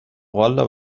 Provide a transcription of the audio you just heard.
والا